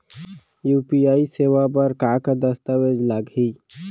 UPI सेवा बर का का दस्तावेज लागही?